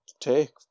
take